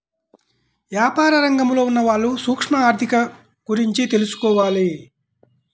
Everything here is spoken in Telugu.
యాపార రంగంలో ఉన్నవాళ్ళు సూక్ష్మ ఆర్ధిక గురించి తెలుసుకోవాలి